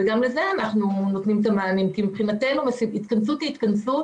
גם לזה אנחנו נותנים את המענים כי מבחינתנו התכנסות היא התכנסות